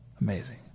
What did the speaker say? Amazing